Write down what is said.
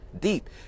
Deep